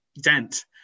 dent